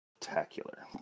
spectacular